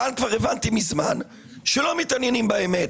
כאן כבר הבנתי מזמן שלא מתעניינים באמת.